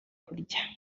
kurya